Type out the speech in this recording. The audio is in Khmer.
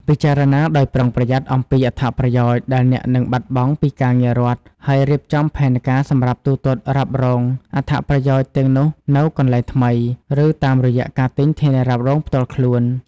ពិចារណាដោយប្រុងប្រយ័ត្នអំពីអត្ថប្រយោជន៍ដែលអ្នកនឹងបាត់បង់ពីការងាររដ្ឋហើយរៀបចំផែនការសម្រាប់ទូទាត់រ៉ាប់រងអត្ថប្រយោជន៍ទាំងនោះនៅកន្លែងថ្មី ឬតាមរយៈការទិញធានារ៉ាប់រងផ្ទាល់ខ្លួន។